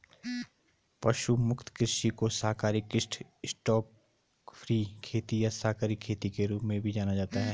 पशु मुक्त कृषि को शाकाहारी कृषि स्टॉकफ्री खेती या शाकाहारी खेती के रूप में भी जाना जाता है